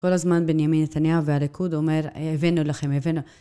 כל הזמן בנימין נתניהו והליכוד אומר, הבאנו לכם, הבאנו.